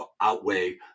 outweigh